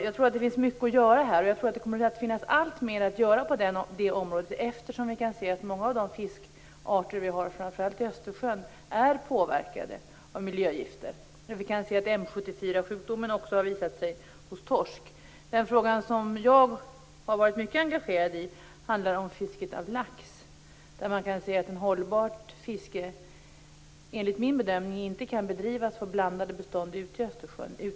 Jag tror att det kommer att finnas alltmer att göra på det här området, eftersom vi kan se att många av våra fiskarter, framför allt i Östersjön, är påverkade av miljögifter. T.ex. har sjukdomen M74 visat sig hos torsk. En fråga som jag har varit mycket engagerad i är fisket av lax. Enligt min bedömning kan ett hållbart fiske inte bedrivas på blandade bestånd ute i Östersjön.